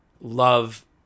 love